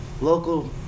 local